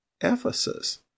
Ephesus